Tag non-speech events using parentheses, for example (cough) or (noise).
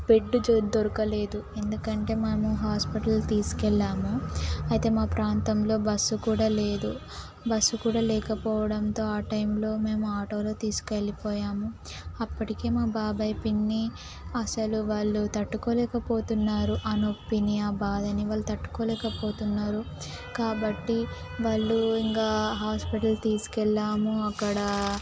bed (unintelligible) దొరకలేదు ఎందుకంటే మేము హాస్పిటల్ తీసుకెళ్ళాము అయితే మా ప్రాంతంలో బస్సు కూడా లేదు బస్సు కూడా లేకపోవడంతో ఆ టైంలో మేము ఆటోలో తీసుకెళ్ళిపోయాము అప్పటికే మా బాబాయ్ పిన్ని అసలు వాళ్ళు తట్టుకోలేకపోతున్నారు ఆ నొప్పిని ఆ బాధని వాళ్ళు తట్టుకోలేకపోతున్నారు కాబట్టి వాళ్ళు ఇంకా హాస్పిటల్ తీసుకెళ్ళాము అక్కడ